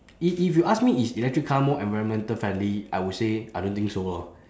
if if you ask me is electric car more environmental friendly I would say I don't think so lor